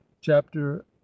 Chapter